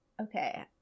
Okay